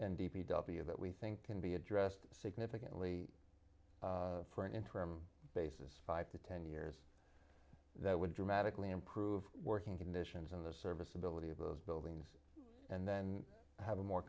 and d p w that we think can be addressed significantly for an interim basis five to ten years that would dramatically improve working conditions in the serviceability of those buildings and then have a more